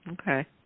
Okay